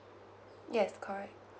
yes correct